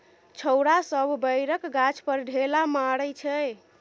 छौरा सब बैरक गाछ पर ढेला मारइ छै